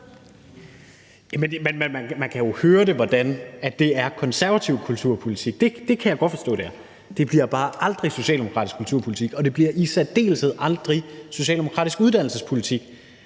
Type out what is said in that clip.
Man kan jo høre, hvordan det er konservativ kulturpolitik. Det kan jeg godt forstå det er. Det bliver bare aldrig socialdemokratisk kulturpolitik, og det bliver i særdeleshed aldrig socialdemokratisk uddannelsespolitik,